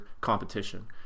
competition